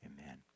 amen